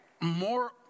more